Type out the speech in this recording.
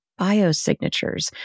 biosignatures